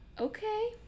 okay